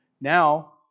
now